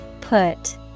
Put